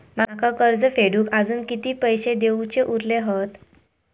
माका कर्ज फेडूक आजुन किती पैशे देऊचे उरले हत?